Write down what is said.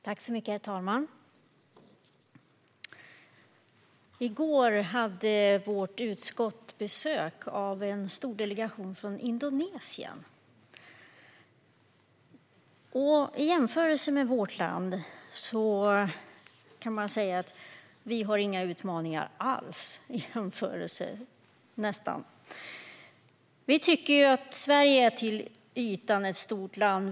Herr talman! I går fick vårt utskott besök av en stor delegation från Indonesien. Om man jämför kan man säga att vi nästan inte har några utmaningar alls i vårt land. Vi tycker att Sverige är ett till ytan stort land.